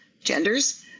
genders